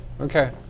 Okay